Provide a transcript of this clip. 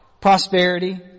prosperity